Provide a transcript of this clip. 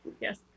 yes